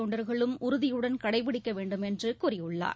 தொண்டர்களும் உறுதியுடன் கடைப்பிடிக்கவேண்டும் என்றுகூறியுள்ளார்